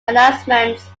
announcements